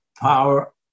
power